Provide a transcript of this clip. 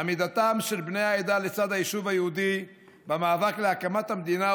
עמידתם של בני העדה לצד היישוב היהודי במאבק להקמת המדינה,